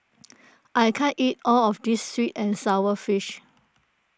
I can't eat all of this Sweet and Sour Fish